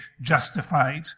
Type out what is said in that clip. justified